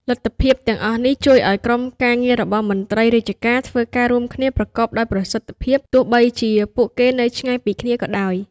លទ្ធភាពទាំងអស់នេះជួយឲ្យក្រុមការងាររបស់មន្ត្រីរាជការធ្វើការរួមគ្នាប្រកបដោយប្រសិទ្ធភាព ទោះបីជាពួកគេនៅឆ្ងាយពីគ្នាក៏ដោយ។